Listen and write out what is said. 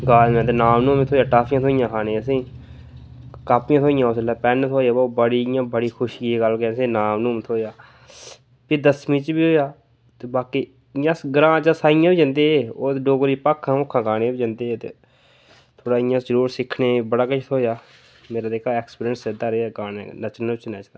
गाए ते अनाम अनूम टांफियां थ्होइयां असेंगी खाने गी कापियां थ्होइयां पैन थ्होऐ उसलै ओह् बड़ी इ'यां बड़ी खुशी दी गल्ल कि असेंगी अनाम अनूम थ्होएआ फ्ही दसमीं च बी होएआ ते बाकी इ'यां अस ग्रांऽ च अस इ'यां बी जंदे हे ओह् डोगरी च भाखां भूखां गाने गी इ'यां बी जंदे हे थोह्ड़ा इ'यां जो सिक्खने गी बड़ा किश थ्होएआ मेरा जेह्का ऐक्सपिरिंस रेहा गाने दा नच्चने नुच्चने आस्तै